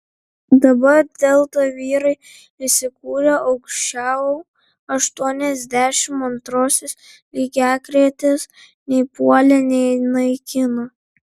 dabar delta vyrai įsikūrę aukščiau aštuoniasdešimt antrosios lygiagretės nei puolė nei naikino